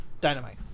Dynamite